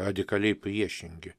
radikaliai priešingi